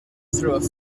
through